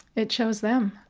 it chose them.